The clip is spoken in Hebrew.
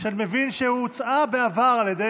אני מבין שהצעת החוק הוצעה בעבר על ידי